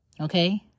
Okay